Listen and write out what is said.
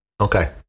Okay